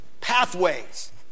Pathways